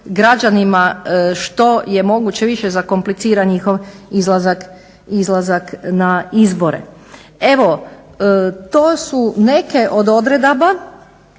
građanima što je moguće više zakomplicira njihov izlazak na izbore. Evo to su neke od odredaba